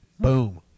Boom